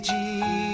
Jesus